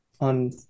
on